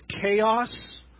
chaos